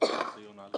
ויוסי יונה על